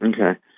Okay